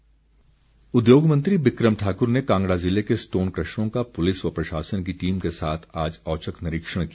बिक्रम ठाकुर उद्योग मंत्री बिक्रम ठाक्र ने कांगड़ा ज़िले के स्टोन क्रशरों का पुलिस व प्रशासन की टीम के साथ आज औचक निरीक्षण किया